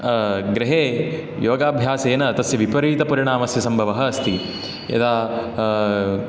गृहे योगाभ्यासेन तस्य विपरीतपरिणामस्य सम्भवः अस्ति यदा